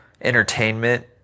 entertainment